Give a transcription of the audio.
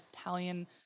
Italian